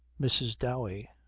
mrs. dowey.